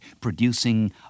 producing